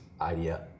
idea